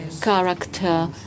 character